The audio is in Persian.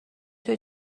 توی